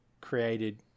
created